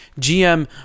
GM